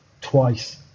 twice